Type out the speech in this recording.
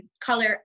color